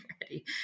ready